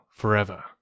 forever